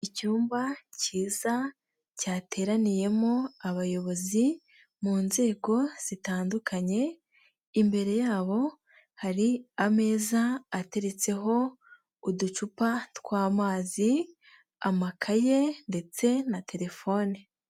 Icyumba kiyiza cyateraniyemo abayobozi mu nzego zitandukanye, imbere yabo hari ameza ateretseho uducupaw'amazi, amakaye ndetse na telefoni.